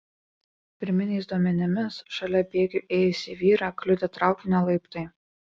pirminiais duomenimis šalia bėgių ėjusį vyrą kliudė traukinio laiptai